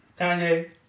Kanye